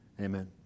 Amen